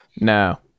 No